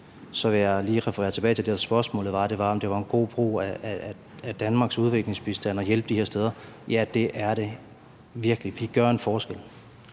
vil jeg lige referere tilbage til det, spørgsmålet handlede om, og det var, om det er en god brug af Danmarks udviklingsbistand at hjælpe de her steder, og jeg vil sige: Ja, det er det virkelig – vi gør en forskel.